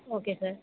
okay sir